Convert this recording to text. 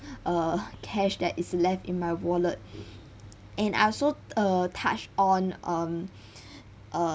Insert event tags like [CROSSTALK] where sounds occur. [BREATH] err cash that is left in my wallet [BREATH] and I also uh touched on on um [BREATH]